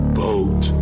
boat